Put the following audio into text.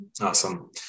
Awesome